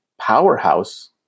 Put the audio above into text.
powerhouse